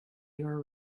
your